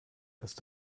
ist